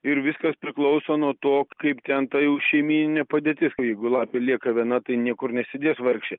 ir viskas priklauso nuo to kaip ten ta jų šeimyninė padėtis jeigu lapė lieka viena tai niekur nesidės vargšė